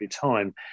time